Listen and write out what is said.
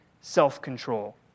self-control